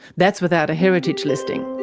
that's without a heritage listing.